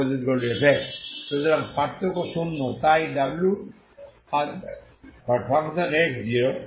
সুতরাং পার্থক্য শূন্য তাই wx00